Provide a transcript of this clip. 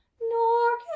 nor